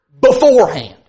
beforehand